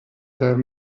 der